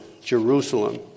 Jerusalem